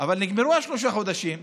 אבל נגמרו השלושה חודשים.